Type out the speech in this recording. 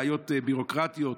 בעיות ביורוקרטיות.